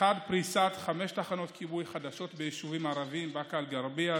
פריסת חמש תחנות כיבוי חדשות ביישובים ערביים: באקה אל-גרבייה,